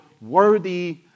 worthy